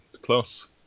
Close